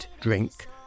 drink